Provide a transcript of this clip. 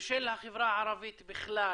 ושל החברה הערבית בכלל,